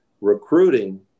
recruiting